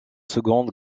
seconde